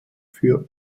für